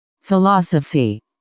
Philosophy